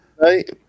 right